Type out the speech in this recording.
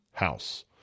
house